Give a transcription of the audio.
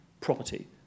property